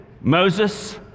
Moses